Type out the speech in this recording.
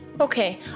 Okay